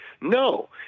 No